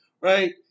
right